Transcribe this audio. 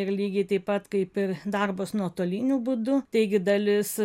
ir lygiai taip pat kaip ir darbas nuotoliniu būdu taigi dalis